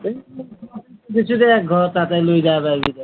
এই দিছোঁ দে ঘৰৰ তাতে লৈ পাৰিবি দে